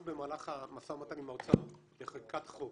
אנחנו במהלך המשא ומתן עם האוצר לחקיקת חוק,